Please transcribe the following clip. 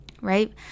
right